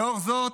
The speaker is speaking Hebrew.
לאור זאת,